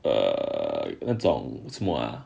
err 那种什么啊